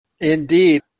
Indeed